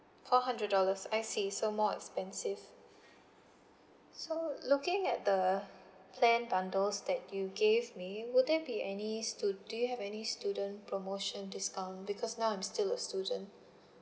four hundred dollars I see so more expensive so looking at the plan bundles that you gave me will there be any stu~ do you have any student promotion discount because now I'm still a student